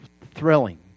thrilling